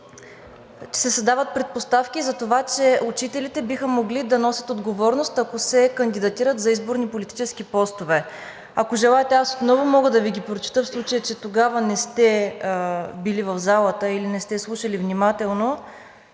че се създават предпоставки за това, че учителите биха могли да носят отговорност, ако се кандидатират за избор на политически постове. Ако желаете, аз отново мога да Ви ги прочета, в случай че тогава не сте били в залата или не сте слушали внимателно.